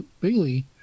Bailey